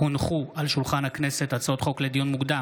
הצעות חוק לדיון מוקדם,